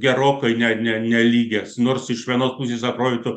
gerokai ne ne nelygias nors iš vienos pusės atrodytų